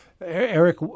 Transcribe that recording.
Eric